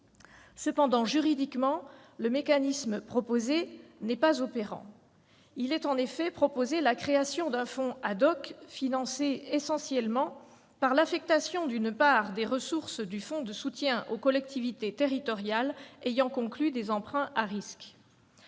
Cependant, juridiquement, le mécanisme proposé n'est pas opérant. En effet, il est proposé la création d'un fonds c, financé essentiellement par l'affectation d'une part des ressources du fonds de soutien aux collectivités territoriales ayant conclu des emprunts à risque.